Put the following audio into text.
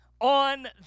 On